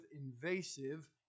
invasive